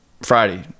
Friday